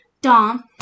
Dom